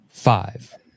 Five